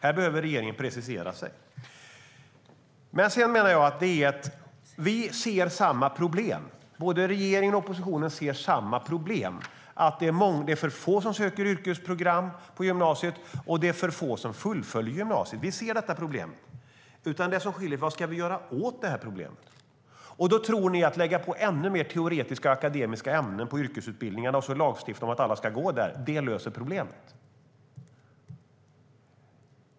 Här behöver regeringen precisera sig. Jag menar att vi ser samma problem. Både regeringen och oppositionen ser samma problem: Det är för få som söker yrkesprogram på gymnasiet, och det är för få som fullföljer gymnasiet. Vi ser detta problem. Det som skiljer är vad vi vill göra åt problemet. Ni tror att om man lägger på ännu fler teoretiska och akademiska ämnen på yrkesutbildningarna och lagstiftar om att alla ska gå dem, då löser det problemet.